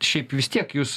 šiaip vis tiek jūs